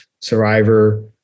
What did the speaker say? survivor